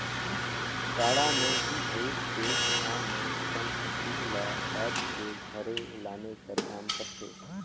गाड़ा मे ही भइर के किसान मन अपन फसिल ल काएट के घरे लाने कर काम करथे